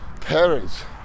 parents